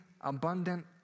abundant